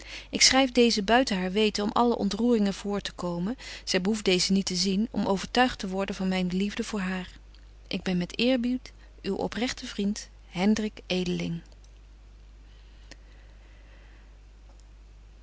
ik schryf deezen buiten haar weten om alle ontroeringen voor te komen zy behoeft deezen niet te zien om overtuigt te worden van myne liefde voor haar ik ben met eerbied uw oprechte vriend